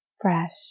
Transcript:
fresh